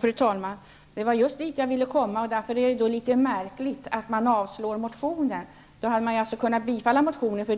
Fru talman! Det var just dit jag ville komma, och därför är det litet märkligt att man avstyrker motionen. Man hade alltså kunnat tillstyrka motionen, för